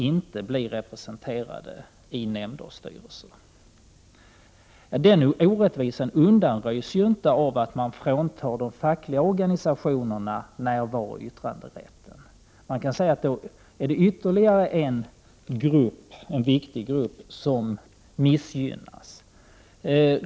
1988/89:20 nämnder och styrelser. Men den orättvisan undanröjs ju inte av att man 9 november 1988 fråntar de fackliga organisationerna närvarooch yttranderätten. I ställetär. Z-d det här fråga om en viktig grupp som missgynnas.